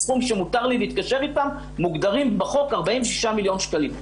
הסכום שמותר לי להתקשר איתם - מוגדרים בחוק 46 מיליון שקלים.